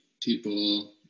people